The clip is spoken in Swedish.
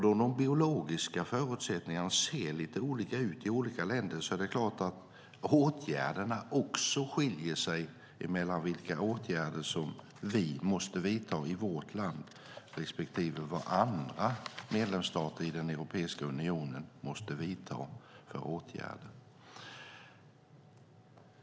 Då de biologiska förutsättningarna ser lite olika ut i olika länder är det klart att det också är skillnad mellan vilka åtgärder som vi måste vidta i vårt land respektive vad andra medlemsstater i Europeiska unionen måste vidta.